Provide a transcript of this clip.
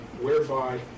whereby